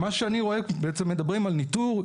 בעצם מדברים על ניטור.